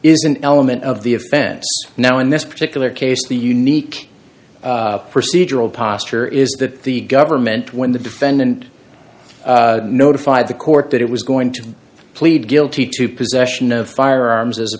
is an element of the offense now in this particular case the unique procedural posture is that the government when the defendant notified the court that it was going to plead guilty to possession of firearms as a